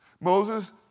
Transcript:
Moses